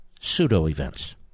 Pseudo-events